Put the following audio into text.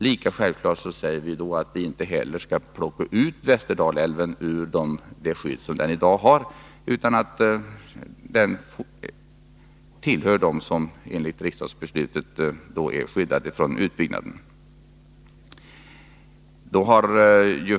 Lika självklart säger vi att vi inte heller skall ta ifrån Västerdalälven det skydd som den i dag har. Den hör ju till dem som enligt riksdagsbeslutet är skyddade från utbyggnad.